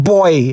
Boy